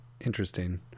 interesting